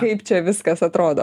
kaip čia viskas atrodo